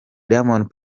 diamond